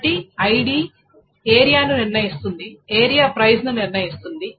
కాబట్టి ఐడి ఏరియా ను నిర్ణయిస్తుంది ఏరియా ప్రైస్ ను నిర్ణయిస్తుంది